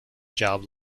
job